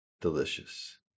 delicious